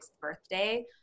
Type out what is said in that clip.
birthday